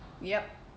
yup